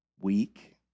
weak